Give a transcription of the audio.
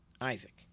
Isaac